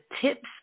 tips